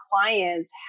clients